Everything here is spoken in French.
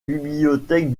bibliothèques